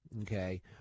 Okay